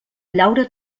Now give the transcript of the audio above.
llaura